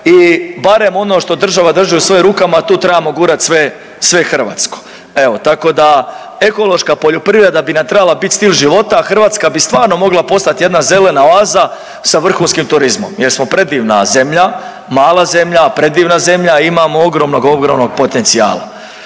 i barem ono što država drži u svojim rukama, tu trebamo gurati sve hrvatsko. Evo, tako da, ekološka poljoprivreda bi nam trebala biti stil života, a Hrvatska bi stvarno mogla postati jedna zelena oaza sa vrhunskim turizmom jer smo predivna zemlja, mala zemlja, predivna zemlja, imamo ogromnog, ogromnog potencijala.